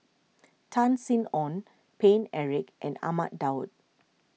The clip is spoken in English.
Tan Sin Aun Paine Eric and Ahmad Daud